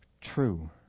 true